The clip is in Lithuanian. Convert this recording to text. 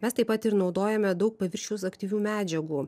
mes taip pat ir naudojame daug paviršius aktyvių medžiagų